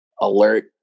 alert